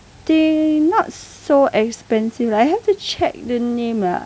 they not so expensive I have to check the name ah